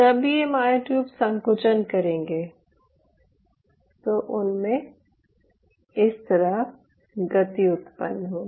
जब ये मायोट्यूब संकुचन करेंगे तो उनमे इस तरह गति उत्पन्न होगी